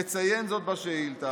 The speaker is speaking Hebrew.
יציין זאת בשאילתה".